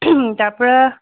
তাৰপৰা